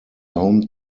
home